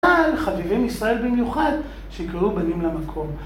חביבים ישראל במיוחד שיקראו בנים למקום